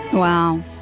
Wow